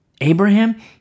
Abraham